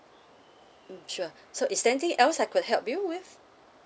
mm sure so is there anything else I could help you with